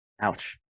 Ouch